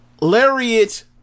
lariat